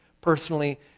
personally